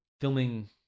filming